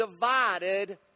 divided